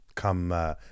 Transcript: come